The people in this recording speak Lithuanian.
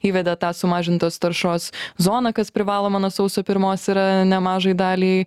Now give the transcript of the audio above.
įveda tą sumažintos taršos zoną kas privaloma nuo sausio pirmos yra nemažai daliai